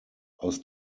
aus